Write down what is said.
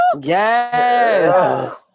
Yes